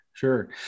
Sure